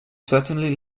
certainly